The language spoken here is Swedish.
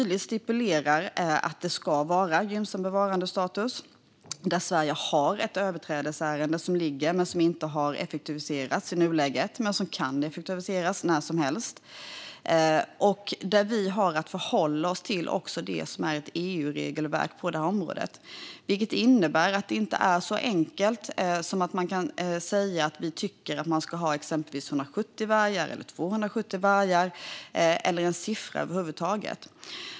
Det stipulerar tydligt att det ska vara gynnsam bevarandestatus. Sverige har ett överträdelseärende som ligger och som inte effektuerats i nuläget men som kan effektueras när som helst. Vi har att förhålla oss till det som är ett EU-regelverk på området. Det innebär att det inte är så enkelt som att vi kan säga att vi tycker att man ska ha exempelvis 170 vargar, 270 vargar eller en siffra över huvud taget.